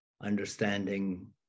understanding